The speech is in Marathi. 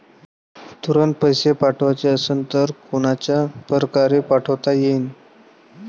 तुरंत पैसे पाठवाचे असन तर कोनच्या परकारे पाठोता येईन?